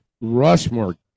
Rushmore